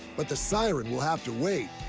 but the siren will have to wait,